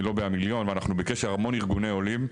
מלובי המיליון ואנחנו בקשר עם המון ארגוני עולים.